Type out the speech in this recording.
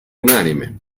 unanime